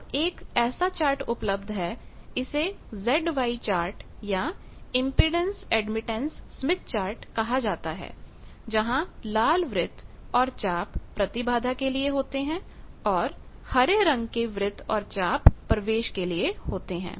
अब एक ऐसा चार्ट उपलब्ध है इसे z y चार्ट या इम्पीडेन्स एडमिटेंस स्मिथ चार्ट कहा जाता है जहां लाल वृत्त और चाप प्रतिबाधा के लिए होते हैं और हरे रंग के वृत्त और चाप प्रवेश के लिए होते हैं